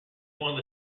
one